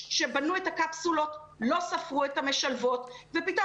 שכשבנו את הקפסולות לא ספרו את המשלבות ופתאום